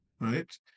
right